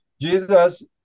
Jesus